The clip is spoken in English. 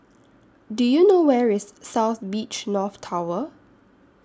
Do YOU know Where IS South Beach North Tower